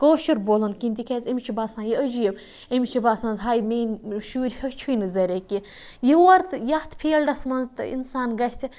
کٲشُر بولُن کِہِیٖنۍ تکیاز أمِس چھُ باسان یہِ عجیٖب أمِس چھُ باسان ہاے میٲنٛۍ شُرۍ ہیٚوچھٕے نہٕ زَہرہ کینٛہہ یور یتھ فیٖلڈَس مَنٛز تہِ اِنسان گَژھِ